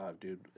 dude